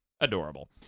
adorable